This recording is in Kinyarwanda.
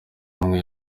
umwe